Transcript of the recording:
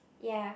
ya